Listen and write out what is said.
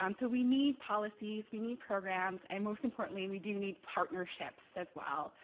um so we need policies, we need programs and most importantly, and we do need partnerships as well.